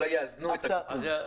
אולי יאזנו את הכיוון.